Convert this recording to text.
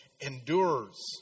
endures